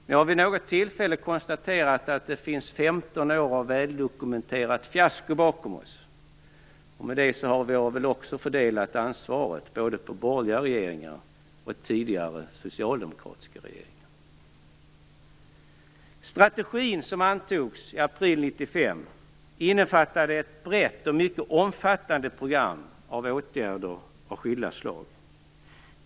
Jag har vid något tillfälle konstaterat att det finns 15 år av väldokumenterat fiasko bakom oss. Med det har jag väl också fördelat ansvaret över både borgerliga regeringar och tidigare socialdemokratiska regeringar. Den strategi som antogs i april 1995 innefattade ett brett och mycket omfattande program av åtgärder av skilda slag.